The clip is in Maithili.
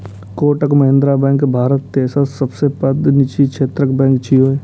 कोटक महिंद्रा बैंक भारत तेसर सबसं पैघ निजी क्षेत्रक बैंक छियै